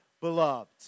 beloved